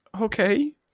Okay